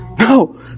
No